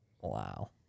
Wow